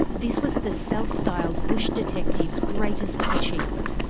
this was the self-styled bush detective's greatest achievement.